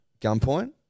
Gunpoint